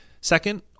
Second